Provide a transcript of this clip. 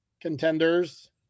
contenders